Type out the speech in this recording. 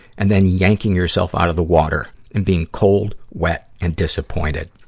and then yanking yourself out of the water and being cold, wet, and disappointed.